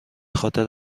خاطر